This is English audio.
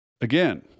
Again